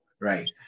right